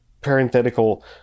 parenthetical